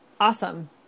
Awesome